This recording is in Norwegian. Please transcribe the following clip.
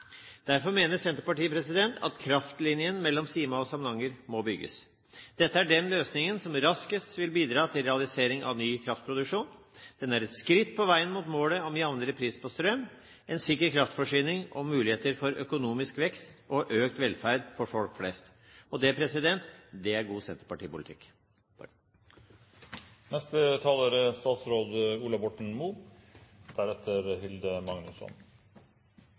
Derfor mener Senterpartiet at kraftlinjen mellom Sima og Samnanger må bygges. Dette er den løsningen som raskest vil bidra til realisering av ny kraftproduksjon. Den er et skritt på veien mot målet om jevnere pris på strøm, en sikker kraftforsyning og muligheter for økonomisk vekst og økt velferd for folk flest. Det er god senterpartipolitikk. La meg først si at det er